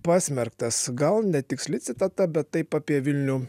pasmerktas gal netiksli citata bet taip apie vilnių